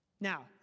Now